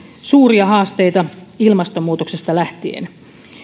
suuria haasteita ilmastonmuutoksesta lähtien